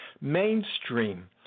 mainstream